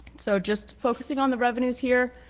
so just focusing on the revenues here.